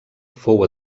fou